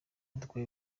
dukwiye